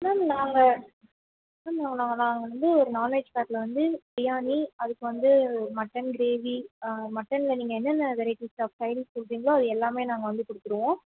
ma'am நாங்கள் ma'am நாங்கள் நாங்கள் வந்து ஒரு நான்வெஜ் பேக்கில் வந்து பிரியாணி அதுக்கு வந்து மட்டன் கிரேவி மட்டனில் நீங்கள் என்னென்ன வெரட்டிஸ் ஆஃப் ஸ்டைலிஸ் சொல்லுறீங்ளோ அது எல்லாமே நாங்கள் வந்து கொடுத்துடுவோம்